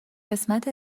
قسمت